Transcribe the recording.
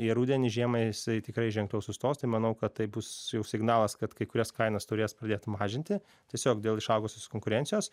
į rudenį žiemą jisai tikrai ženkliau sustos tai manau kad tai bus jau signalas kad kai kurias kainas turės pradėt mažinti tiesiog dėl išaugusios konkurencijos